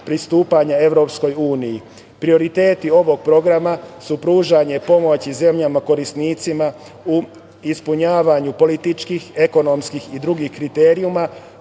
pristupanja EU. prioriteti ovog programa su pružanje pomoći zemljama korisnicima u ispunjavanju političkih, ekonomskih i drugih kriterijumima